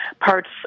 parts